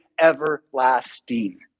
everlasting